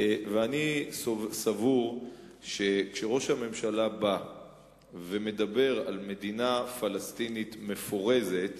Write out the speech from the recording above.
ואני סבור שכאשר ראש הממשלה בא ומדבר על מדינה פלסטינית מפורזת,